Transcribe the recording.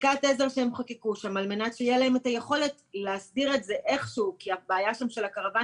יכול לעשות מה שהוא רוצה.